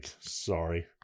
sorry